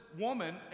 woman